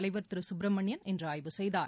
தலைவர் திரு சுப்பிரமணியன் இன்று ஆய்வு செய்தார்